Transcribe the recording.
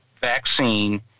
vaccine